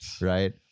Right